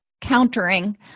countering